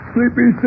Sleepy